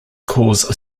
cause